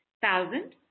Thousand